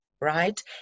right